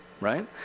right